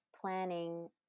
planning